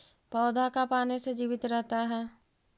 पौधा का पाने से जीवित रहता है?